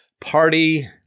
party